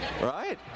Right